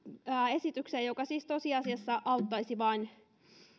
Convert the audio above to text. esitykseen joka siis tosiasiassa auttaisi vain